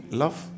love